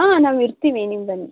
ಹಾಂ ನಾವು ಇರ್ತೀನಿ ನೀವು ಬನ್ನಿ